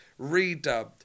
redubbed